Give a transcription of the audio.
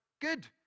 Good